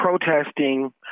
protesting